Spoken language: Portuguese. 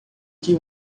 que